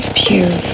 pure